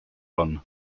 run